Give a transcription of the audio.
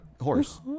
horse